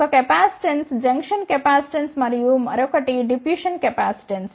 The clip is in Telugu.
ఒక కెపాసిటెన్స్ జంక్షన్ కెపాసిటెన్స్ మరియు మరొకటి డిప్యూషన్ కెపాసిటెన్స్